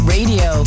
Radio